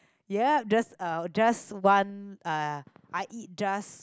ya just uh just one uh I eat just